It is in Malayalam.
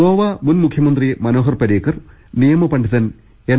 ഗോവ മുൻ മുഖ്യമന്ത്രി മനോഹർ പരീക്കർ നിയമപണ്ഡിതൻ എൻ